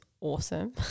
awesome